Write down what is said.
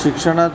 शिक्षणात